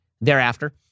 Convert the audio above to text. thereafter